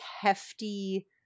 hefty